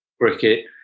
cricket